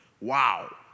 Wow